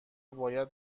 باید